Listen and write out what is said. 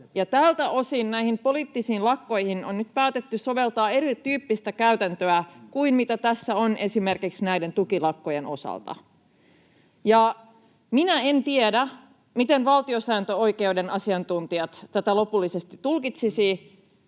Tältä osin näihin poliittisiin lakkoihin on nyt päätetty soveltaa erityyppistä käytäntöä kuin mitä tässä on esimerkiksi näiden tukilakkojen osalta. Minä en tiedä, miten valtiosääntöoikeuden asiantuntijat tätä lopullisesti tulkitsisivat.